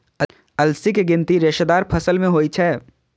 अलसी के गिनती रेशेदार फसल मे होइ छै